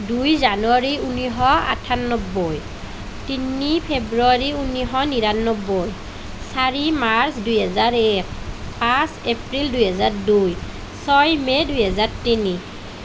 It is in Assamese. দুই জানুৱাৰী ঊনৈছশ আঠান্নবৈ তিনি ফেব্ৰুৱাৰী ঊনৈছশ নিৰান্নবৈ চাৰি মাৰ্চ দুহেজাৰ এক পাঁচ এপ্ৰিল দুহেজাৰ দুই ছয় মে' দুহেজাৰ তিনি